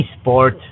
sport